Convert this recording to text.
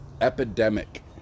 epidemic